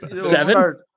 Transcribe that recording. Seven